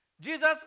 Jesus